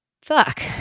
fuck